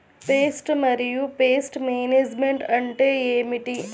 Pest మరియు pest management అంటే ఏమిటి?